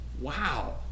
Wow